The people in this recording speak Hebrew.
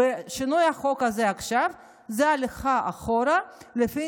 שינוי החוק הזה עכשיו זה הליכה אחורה לפי